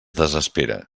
desespera